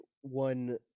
one